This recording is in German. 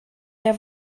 der